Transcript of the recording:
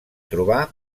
trobar